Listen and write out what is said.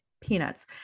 peanuts